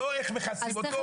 לא איך מכסים אותו.